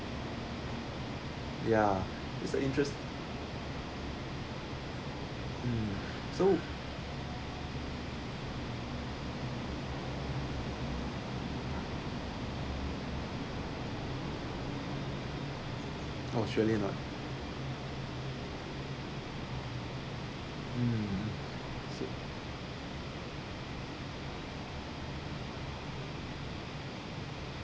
ya it's a interest mm so oh surely not mm so